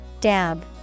Dab